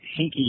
hinky